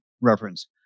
reference